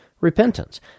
Repentance